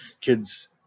kids